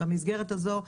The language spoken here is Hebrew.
במסגרת הזו,